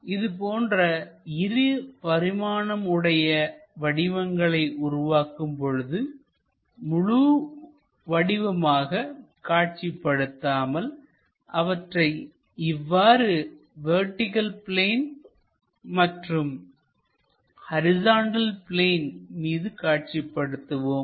எனவே இதுபோன்ற இரு பரிமாணம் உடைய வடிவங்களை உருவாக்கும் பொழுதுமுழு வடிவமாக காட்சிபடுத்தாமல் அவற்றை இவ்வாறு வெர்டிகள் பிளேன் மற்றும் ஹரிசாண்டல் பிளேன் மீது காட்சிப் படுத்துவோம்